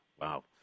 wow